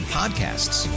podcasts